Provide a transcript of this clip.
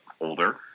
older